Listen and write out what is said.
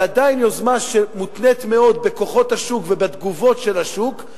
זו עדיין יוזמה שמותנית מאוד בכוחות השוק ובתגובות של השוק.